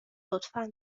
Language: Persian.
لطفا